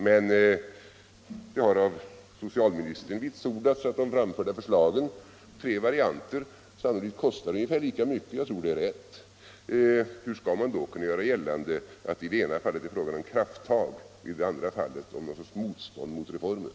Men det har av socialministern vitsordats att de framförda förslagen — tre varianter — sannolikt kostar ungefär lika mycket. Jag tror att det är riktigt. Hur skall man då kunna göra gällande att det i det ena fallet är fråga om krafttag, i det andra fallet om motstånd mot reformer?